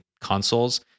consoles